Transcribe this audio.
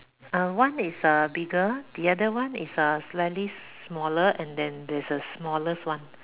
uh one is uh bigger the other one is uh slightly smaller and then this is smallest one